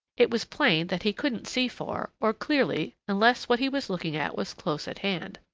it was plain that he couldn't see far, or clearly unless what he was looking at was close at hand.